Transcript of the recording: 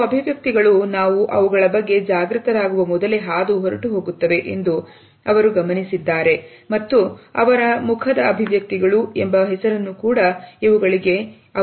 ಕೆಲವು ಅಭಿವ್ಯಕ್ತಿಗಳು ನಾವು ಅವುಗಳ ಬಗ್ಗೆ ಜಾಗೃತರಾಗುವ ಮೊದಲೇ ಹಾದು ಹೊರಟು ಹೋಗುತ್ತವೆ ಎಂದು ಅವರು ಗಮನಿಸಿದ್ದಾರೆ ಮತ್ತು ಅವರ ಮುಖದ ಅಭಿವ್ಯಕ್ತಿಗಳು ಎಂಬ ಹೆಸರನ್ನು ಕೂಡ ಇವುಗಳಿಗೆ ನೀಡಿದ್ದಾರೆ